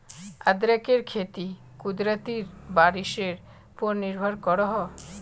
अदरकेर खेती कुदरती बारिशेर पोर निर्भर करोह